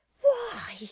Why